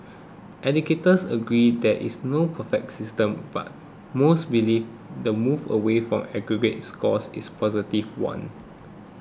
educators agree there is no perfect system but most believe the move away from aggregate scores is a positive one